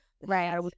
Right